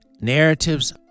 narratives